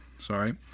sorry